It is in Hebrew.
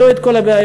לא את כל הבעיות.